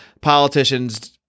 politicians